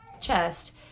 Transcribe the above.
chest